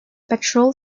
petrol